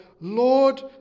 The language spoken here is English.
Lord